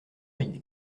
idée